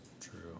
True